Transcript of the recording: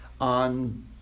on